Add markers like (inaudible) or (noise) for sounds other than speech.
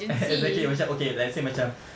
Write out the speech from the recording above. (laughs) exactly macam okay like let's say macam